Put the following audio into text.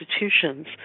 institutions